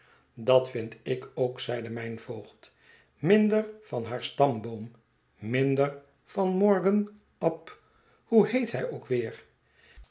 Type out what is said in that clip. dat vind ik ook zeide mijn voogd minder van haar stamboom minder van morgan ab hoe heet hij ook wéér